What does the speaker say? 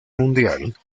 mundial